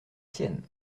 sienne